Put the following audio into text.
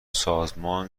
سازمان